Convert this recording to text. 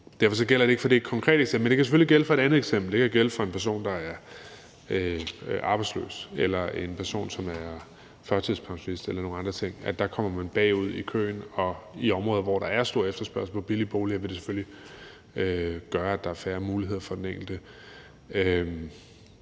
Derfor gælder det ikke for det konkrete eksempel, men det kan selvfølgelig gælde for et andet eksempel. Det kan gælde for en person, der er arbejdsløs, eller for en person, som er førtidspensionist eller nogle andre ting, at der kommer man bag i køen. Og i områder, hvor der er stor efterspørgsel på billige boliger, vil det selvfølgelig gøre, at der er færre muligheder for den enkelte,